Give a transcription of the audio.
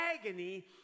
agony